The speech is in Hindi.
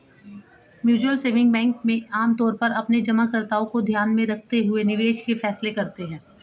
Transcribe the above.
म्यूचुअल सेविंग बैंक आमतौर पर अपने जमाकर्ताओं को ध्यान में रखते हुए निवेश के फैसले करते हैं